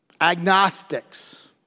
Agnostics